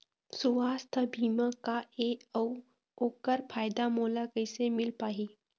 सुवास्थ बीमा का ए अउ ओकर फायदा मोला कैसे मिल पाही?